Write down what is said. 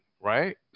right